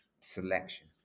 selection